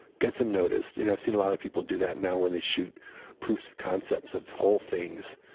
gets him noticed. you know i've seen a lot of people do that now where they shoot proofs of concepts of whole things,